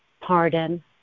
pardon